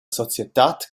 societad